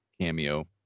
Cameo